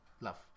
love